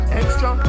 extra